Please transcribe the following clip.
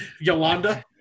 Yolanda